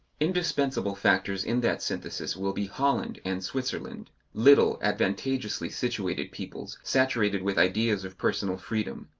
indispensable factors in that synthesis will be holland and switzerland little, advantageously situated peoples, saturated with ideas of personal freedom.